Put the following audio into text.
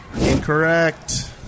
Incorrect